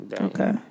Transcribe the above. Okay